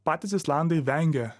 patys islandai vengia